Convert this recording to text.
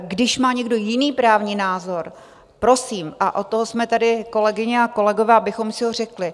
Když má někdo jiný právní názor, prosím a od toho jsme tady, kolegyně a kolegové, abychom si ho řekli.